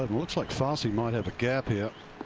ah looks like fassi might have a gap here.